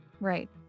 Right